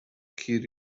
کیر